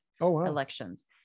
elections